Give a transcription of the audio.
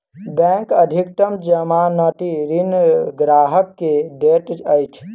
bank अधिकतम जमानती ऋण ग्राहक के दैत अछि